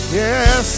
yes